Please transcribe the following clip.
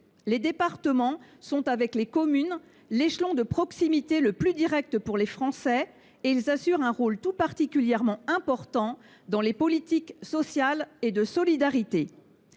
Les départements sont, avec les communes, l’échelon de proximité le plus direct pour les Français ; ils assurent un rôle particulièrement important dans les politiques sociales et de solidarité.